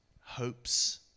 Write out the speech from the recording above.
hopes